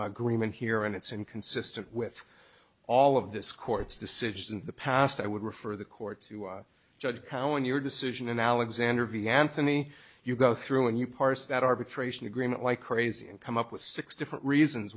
agreement here and it's inconsistent with all of this court's decisions in the past i would refer the court to judge cowan your decision in alexander v anthony you go through and you parse that arbitration agreement like crazy and come up with six different reasons